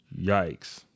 Yikes